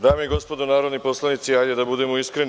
Dame i gospodo narodni poslanici, hajde da budemo iskreni.